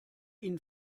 ihn